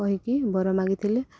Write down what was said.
କହିକି ବର ମାଗିଥିଲେ